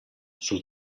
sul